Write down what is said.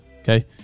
Okay